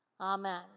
Amen